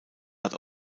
hat